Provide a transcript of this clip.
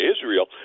Israel